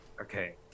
Okay